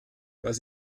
was